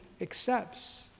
accepts